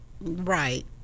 Right